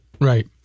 right